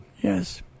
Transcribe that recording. Yes